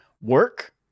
work